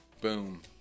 Boom